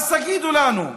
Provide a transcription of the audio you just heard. אז תגידו לנו,